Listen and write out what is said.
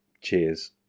cheers